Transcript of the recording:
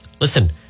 Listen